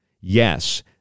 Yes